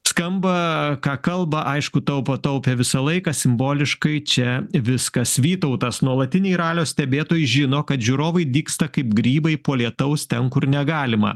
skamba ką kalba aišku taupo taupė visą laiką simboliškai čia viskas vytautas nuolatiniai ralio stebėtojai žino kad žiūrovai dygsta kaip grybai po lietaus ten kur negalima